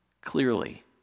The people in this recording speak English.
clearly